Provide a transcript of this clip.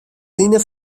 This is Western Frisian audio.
line